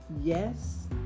yes